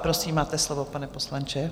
Prosím, máte slovo, pane poslanče.